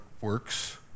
works